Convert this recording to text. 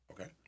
Okay